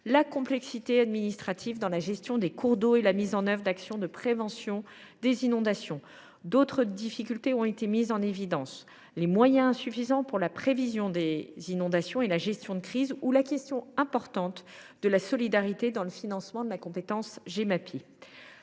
la complexité administrative dans la gestion des cours d’eau et la mise en œuvre d’actions de prévention des inondations. D’autres difficultés ont été mises en évidence : les moyens insuffisants pour la prévision des inondations et la gestion de crise ou la question importante de la solidarité dans le financement de la compétence «